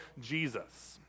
Jesus